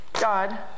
God